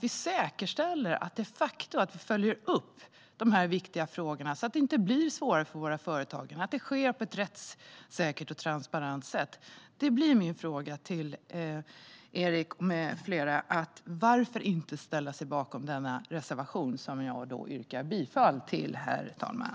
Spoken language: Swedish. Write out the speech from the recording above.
Då säkerställer vi att dessa viktiga frågor följs upp så att det inte blir svårare för våra företagare och att det sker på ett rättssäkert och transparent sätt. Min fråga till Erik med flera är: Varför ställer ni er inte bakom reservationen? Herr talman! Jag yrkar bifall till reservationen.